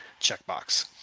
checkbox